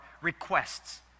requests